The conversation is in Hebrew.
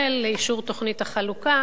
אישור תוכנית החלוקה.